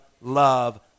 love